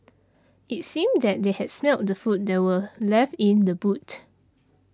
it seemed that they had smelt the food that were left in the boot